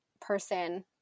person